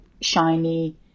shiny